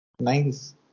Nice